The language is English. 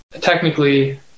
technically